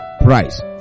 price